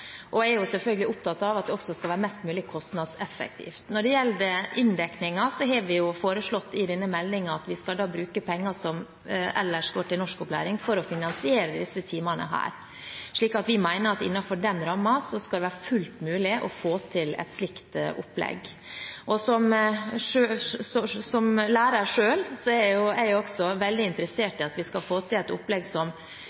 måte. Jeg er selvfølgelig også opptatt av at det skal være mest mulig kostnadseffektivt. Når det gjelder inndekningen, har vi foreslått i denne meldingen at vi skal bruke penger som ellers går til norskopplæring, for å finansiere disse timene. Vi mener at innenfor den rammen skal det være fullt mulig å få til et slikt opplegg. Som lærer er jeg også veldig